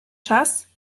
czas